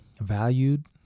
valued